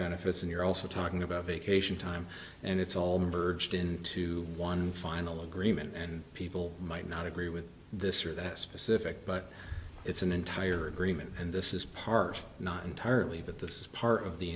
benefits and you're also talking about vacation time and it's all merged into one final agreement and people might not agree with this or that specific but it's an entire agreement and this is part not entirely but this is part of the